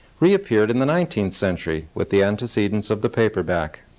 reappeared in the nineteenth century with the antecedents of the paperback.